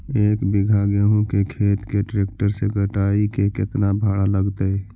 एक बिघा गेहूं के खेत के ट्रैक्टर से कटाई के केतना भाड़ा लगतै?